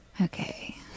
Okay